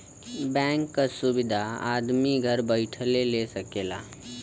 bank क सुविधा आदमी घर बैइठले ले सकला